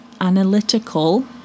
analytical